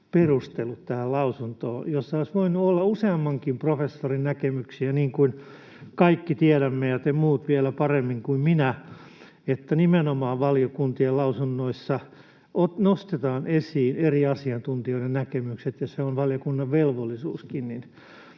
perustelun tähän lausuntoon, jossa olisi voinut olla useammankin professorin näkemyksiä. Niin kuin kaikki tiedämme ja te muut vielä paremmin kuin minä, nimenomaan valiokuntien lausunnoissa nostetaan esiin eri asiantuntijoiden näkemykset, ja se on valiokunnan velvollisuuskin.